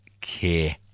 care